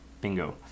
Bingo